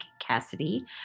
Cassidy